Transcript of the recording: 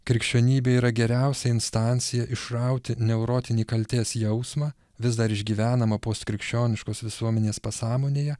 krikščionybė yra geriausia instancija išrauti neurotinį kaltės jausmą vis dar išgyvenamą postkrikščioniškos visuomenės pasąmonėje